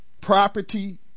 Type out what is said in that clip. property